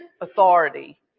authority